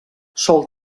sol